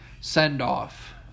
send-off